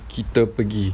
kita pergi